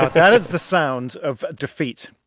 that is the sound of defeat.